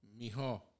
mijo